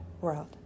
world